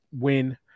win